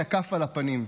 את הכאפה לפנים.